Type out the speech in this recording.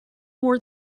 more